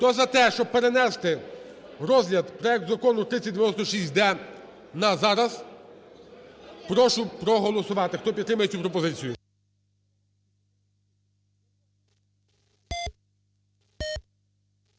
Хто за те, щоб перенести розгляд проекту Закону 3096-д на зараз, прошу проголосувати, хто підтримує цю пропозицію.